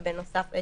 יש